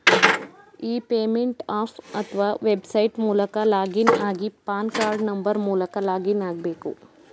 E payment app ಅತ್ವ website ಮೂಲಕ login ಆಗಿ ಪಾನ್ ಕಾರ್ಡ್ ನಂಬರ್ ಮೂಲಕ ಲಾಗಿನ್ ಆಗ್ಬೇಕು